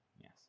yes